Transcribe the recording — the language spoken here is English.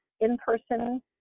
in-person